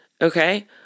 Okay